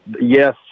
Yes